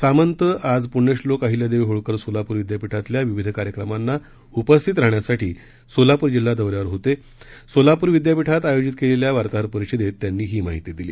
सामंत आज पुण्यश्लोक अहिल्यादेवी होळकर सोलापूर विद्यापीठातील विविध कार्यक्रमास उपस्थित राहण्यासाठी सोलापूर जिल्हा दौऱ्यावर होते सोलापूर विद्यापीठात आयोजित करण्यात आलेल्या पत्रकार परिषदेत त्यांनी ही माहिती दिली